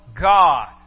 God